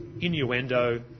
innuendo